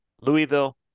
Louisville